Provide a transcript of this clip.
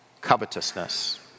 covetousness